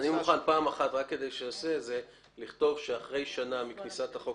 אני מוכן לכתוב ששנה לאחר כניסת החוק